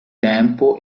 tempo